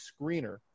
screener